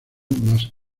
más